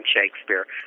Shakespeare